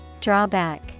Drawback